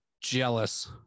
jealous